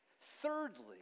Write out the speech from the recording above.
Thirdly